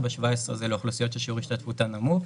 4.17 זה לאוכלוסיות ששיעור השתתפותן נמוך,